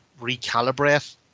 recalibrate